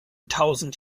tausend